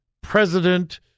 President